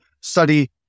study